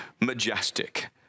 majestic